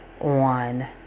on